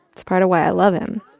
it's part of why i love him,